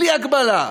בלי הגבלה.